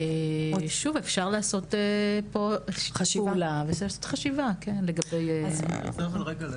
אפשר לעשות חשיבה לגבי הנושא.